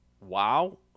Wow